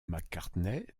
mccartney